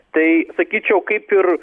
tai sakyčiau kaip ir